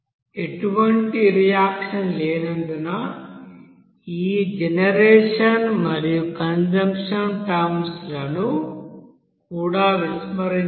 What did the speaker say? ఎటువంటి రియాక్షన్స్ లేనందున ఈ జనరేషన్ మరియు కన్జప్షన్ టర్మ్స్ లను కూడా విస్మరించవచ్చు